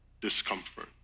discomfort